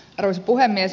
arvoisa puhemies